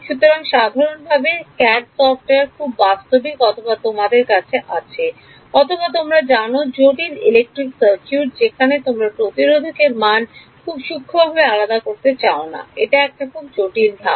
সুতরাং সাধারণভাবে C A D software খুব বাস্তবিক অথবা তোমাদের কাছে আছে অথবা তোমরা জানো জটিল ইলেকট্রিক সার্কিট যেখানে তোমরা প্রতিরোধক এর মান খুব সূক্ষ্মভাবে আলাদা করতে চাও না এটা একটা খুব জটিল ধাপ